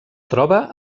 troba